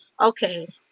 okay